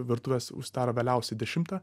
virtuvės užsidaro vėliausiai dešimtą